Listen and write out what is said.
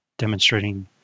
demonstrating